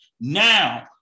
Now